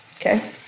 Okay